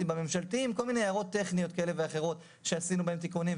בממשלתיים - כל מיני הערות טכניות כאלה ואחרות שעשינו בהן תיקונים,